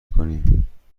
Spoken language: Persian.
کنیم